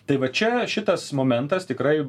tai va čia šitas momentas tikrai